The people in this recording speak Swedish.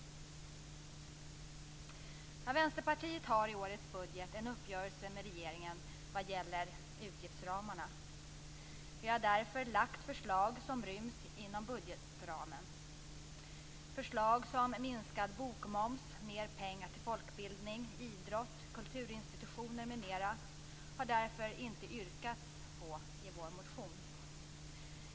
Vänsterpartiet har i årets budget en uppgörelse med regeringen vad gäller utgiftsramarna. Vi har därför lagt förslag som ryms inom budgetramen. Förslag som minskad bokmoms, mer pengar till folkbildning, idrott, kulturinstitutioner m.m. har vi därför inte yrkat på i vår motion.